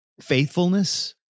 faithfulness